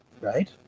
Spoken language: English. right